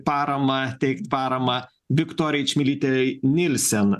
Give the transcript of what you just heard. paramą teikt paramą viktorijai čmilyteinilsen